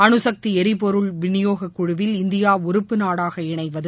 அணுசக்தி எரிபொருள் விநியோகக் குழுவில் இந்தியா உறுப்பு நாடாக இணைவது